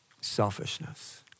selfishness